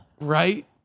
Right